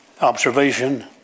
Observation